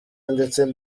ndetse